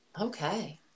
Okay